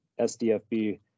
SDFB